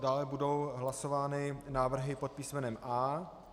Dále budou hlasovány návrhy pod písmenem A.